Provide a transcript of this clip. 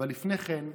אבל לפני כן,